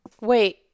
Wait